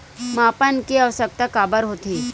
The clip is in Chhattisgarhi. मापन के आवश्कता काबर होथे?